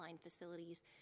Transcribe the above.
facilities